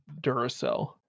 Duracell